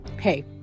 hey